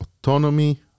autonomy